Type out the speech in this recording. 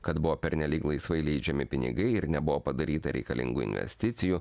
kad buvo pernelyg laisvai leidžiami pinigai ir nebuvo padaryta reikalingų investicijų